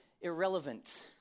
irrelevant